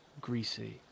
greasy